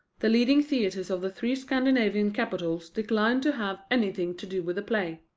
the leading theatres of the three scandinavian capitals declined to have anything to do with the play.